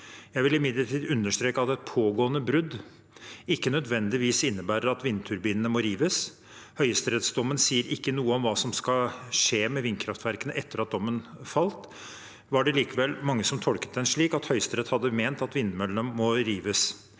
Jeg vil imidlertid understreke at det pågående bruddet ikke nødvendigvis innebærer at vindturbinene må rives. Høyesterettsdommen sier ikke noe om hva som skal skje med vindkraftverkene. Etter at dommen falt, var det likevel mange som tolket den slik at Høyesterett hadde ment at vindmøllene må rives.